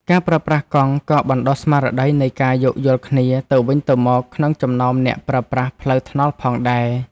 ការប្រើប្រាស់កង់ក៏បណ្ដុះស្មារតីនៃការយោគយល់គ្នាទៅវិញទៅមកក្នុងចំណោមអ្នកប្រើប្រាស់ផ្លូវថ្នល់ផងដែរ។